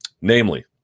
Namely